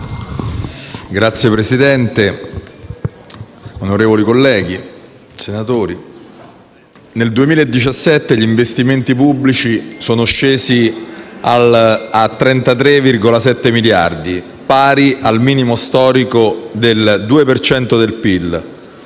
Signor Presidente, onorevoli colleghi senatori, nel 2017 gli investimenti pubblici sono scesi a 33,7 miliardi, pari al minimo storico del 2 per